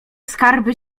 skarby